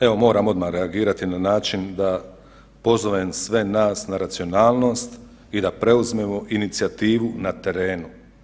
Evo moram odmah reagirati na način da pozovem sve nas na racionalnost i da preuzmemo inicijativu na terenu.